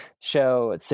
show